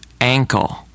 Ankle